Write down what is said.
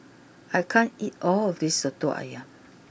I can't eat all of this Soto Ayam